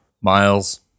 Miles